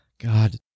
God